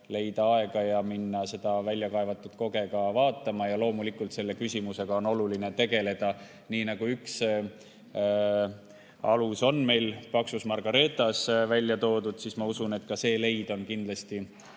leida aega ja minna seda väljakaevatud koget ka vaatama. Loomulikult on selle küsimusega oluline tegeleda. Üks alus on meil Paksus Margareetas välja toodud. Ma usun, et ka see leid on kindlasti